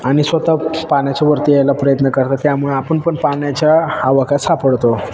आणि स्वतः पाण्याच्या वरती यायला प्रयत्न करतात त्यामुळे आपण पण पाण्याच्या आवाक्यात सापडतो